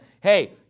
hey